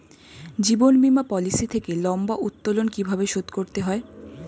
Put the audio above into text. জীবন বীমা পলিসি থেকে লম্বা উত্তোলন কিভাবে শোধ করতে হয়?